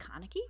Kaneki